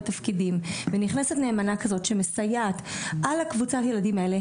תפקידים ונכנסת נאמנה כזאת שמסייעת על קבוצת הילדים האלה,